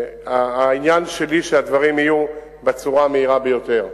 העניין שלי הוא שהדברים יהיו בצורה המהירה ביותר,